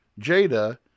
Jada